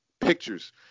pictures